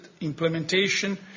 implementation